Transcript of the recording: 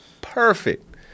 perfect